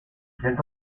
centro